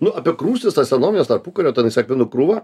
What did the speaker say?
nu apie krūsnis tas senovines tarpukario tenais akmenų krūva